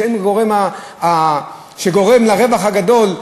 שהם הגורם לרווח הגדול,